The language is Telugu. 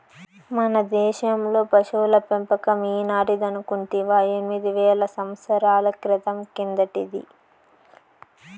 మన దేశంలో పశుల పెంపకం ఈనాటిదనుకుంటివా ఎనిమిది వేల సంవత్సరాల క్రితం కిందటిది